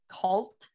cult